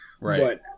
Right